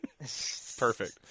perfect